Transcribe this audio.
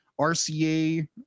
RCA